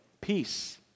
peace